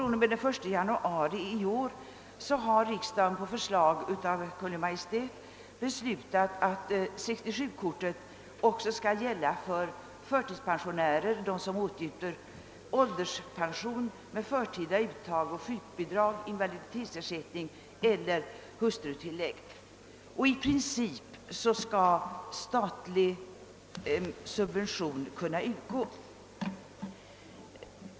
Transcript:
Nu har vidare riksdagen på förslag av Kungl. Maj:t beslutat att 67-kortet från och med den 1 januari i år också skall gälla för förtidspensionärer samt för dem som åtnjuter ålderspension med förtida uttag och sjukbidrag, invaliditetsersättning eller hustrutillägg. I princip skall statlig subvention kunna utgå.